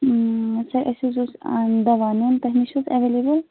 سَر أسۍ حظ اوس دَوا نیُن تۅہہِ نِش چھا حظ ایٚویلیبٕل